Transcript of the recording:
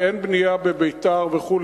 כי אין בנייה בביתר וכו',